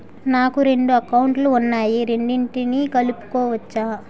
నాకు రెండు అకౌంట్ లు ఉన్నాయి రెండిటినీ కలుపుకోవచ్చా?